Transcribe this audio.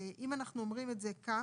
אם אנחנו אומרים את זה כך,